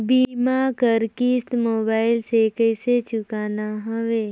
बीमा कर किस्त मोबाइल से कइसे चुकाना हवे